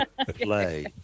play